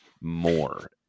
more